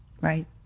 Right